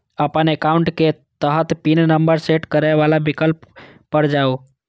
अपन एकाउंट के तहत पिन नंबर सेट करै बला विकल्प पर जाउ